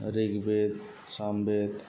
Rigveda Samaveda